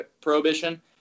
prohibition